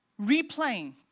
replaying